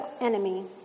enemy